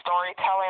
storytelling